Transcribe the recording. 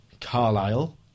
Carlisle